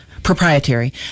Proprietary